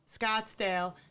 Scottsdale